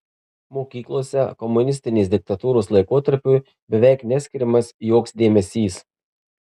mokyklose komunistinės diktatūros laikotarpiui beveik neskiriamas joks dėmesys